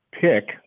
pick